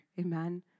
Amen